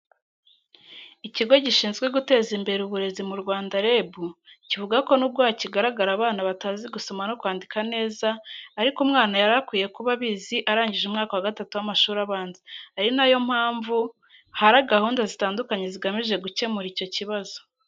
Ikigo Gishinzwe Guteza Imbere Uburezi mu Rwanda (REB), kivuga ko nubwo hakigaragara abana batazi gusoma no kwandika neza, ariko umwana yari akwiye kuba abizi arangije umwaka wa gatatu w’amashuri abanza, ari na yo mpamvu hari gahunda zitandukanye zigamije gukemura icyo kibazo.